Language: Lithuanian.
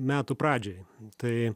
metų pradžioje tai